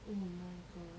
oh my god